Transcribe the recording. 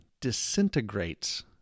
disintegrates